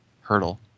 hurdle